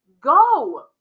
go